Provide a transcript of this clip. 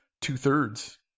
two-thirds